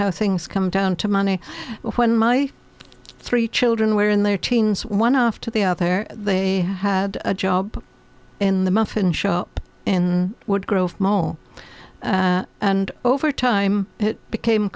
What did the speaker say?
how things come down to money when my three children were in their teens one off to the out there they had a job in the muffin shop in wood grove mall and over time it became